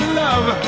love